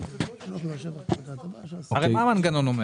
המנגנון אומר